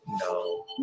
No